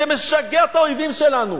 זה משגע את האויבים שלנו.